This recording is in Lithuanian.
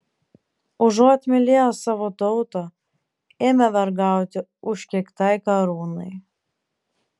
užuot mylėję savo tautą ėmė vergauti užkeiktai karūnai